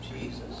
Jesus